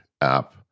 app